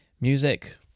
Music